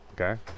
Okay